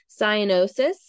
cyanosis